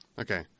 okay